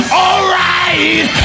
alright